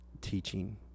teaching